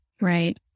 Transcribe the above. Right